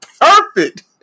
perfect